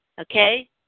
Okay